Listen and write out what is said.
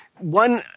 One